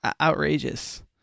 outrageous